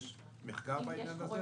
יש מחקר בעניין הזה?